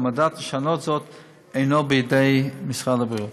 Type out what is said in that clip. והמנדט לשנות זאת אינו בידי משרד הבריאות.